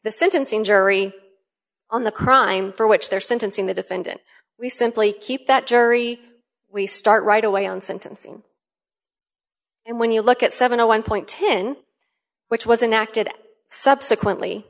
the sentencing jury on the crime for which they're sentencing the defendant we simply keep that jury we start right away on sentencing and when you look at seven a one ten which wasn't acted subsequently